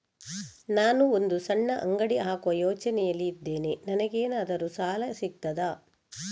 ನಾನು ಒಂದು ಸಣ್ಣ ಅಂಗಡಿ ಹಾಕುವ ಯೋಚನೆಯಲ್ಲಿ ಇದ್ದೇನೆ, ನನಗೇನಾದರೂ ಸಾಲ ಸಿಗ್ತದಾ?